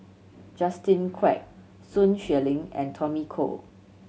Justin Quek Sun Xueling and Tommy Koh